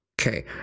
okay